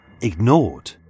ignored